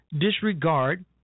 disregard